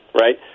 right